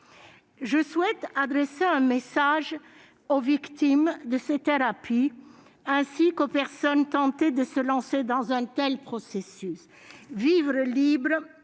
Je souhaite adresser un message aux victimes de ces thérapies, ainsi qu'aux personnes tentées de se lancer dans un tel processus :« Vivre libre